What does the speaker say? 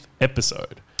episode